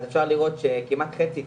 אז אפשר לראות שכמעט חצי,